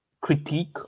critique